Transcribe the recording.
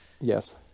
Yes